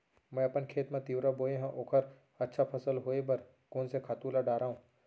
मैं अपन खेत मा तिंवरा बोये हव ओखर अच्छा फसल होये बर कोन से खातू ला डारव?